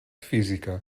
física